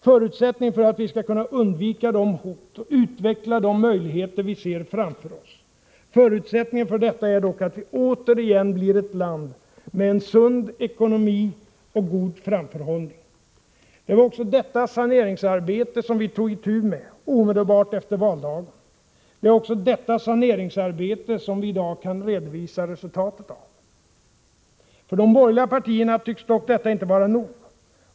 Förutsättningen för att vi skall kunna undvika de hot och utveckla de möjligheter vi ser framför oss är dock att Sverige återigen blir ett land med en sund ekonomi och god framförhållning. Det var också detta saneringsarbete som vi tog itu med omedelbart efter valdagen. Det är också detta saneringsarbete som vi i dag kan redovisa resultatet av. För de borgerliga partierna tycks dock detta inte vara nog.